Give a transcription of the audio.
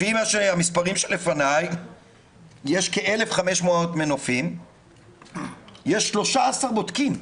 לפי המספרים שלפני יש כ-1,500 מנופים ויש 13 בודקים.